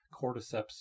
cordyceps